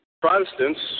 Protestants